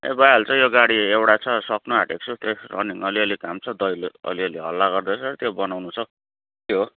ए भइहाल्छ यो गाडी एउटा छ सक्नु आँटेको छु त्यो रनिङ अलि अलि काम छ दैलो अलिअलि हल्ला गर्दै छ त्यो बनाउनु छ त्यो